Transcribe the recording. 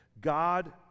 God